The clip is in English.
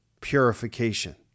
purification